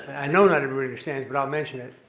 i know not everybody understands, but i'll mention it,